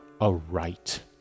aright